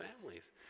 families